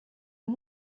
amb